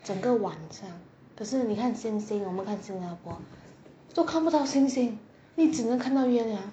整个晚上可是你看星星我们看新加坡都看不到星星会只能看到月亮